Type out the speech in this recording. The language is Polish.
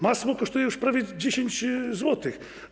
Masło kosztuje już prawie 10 zł.